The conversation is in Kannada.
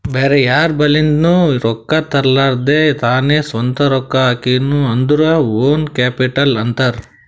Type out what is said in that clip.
ಬ್ಯಾರೆ ಯಾರ್ ಬಲಿಂದ್ನು ರೊಕ್ಕಾ ತರ್ಲಾರ್ದೆ ತಾನೇ ಸ್ವಂತ ರೊಕ್ಕಾ ಹಾಕಿನು ಅಂದುರ್ ಓನ್ ಕ್ಯಾಪಿಟಲ್ ಅಂತಾರ್